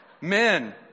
Men